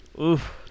Oof